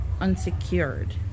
unsecured